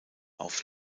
auf